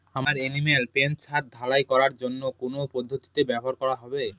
আমার animal pen ছাদ ঢালাই করার জন্য কোন পদ্ধতিটি ব্যবহার করা হবে?